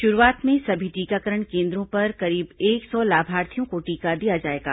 शुरूआत में सभी टीकाकरण केन्द्रों पर करीब एक सौ लाभार्थियों को टीका दिया जाएगा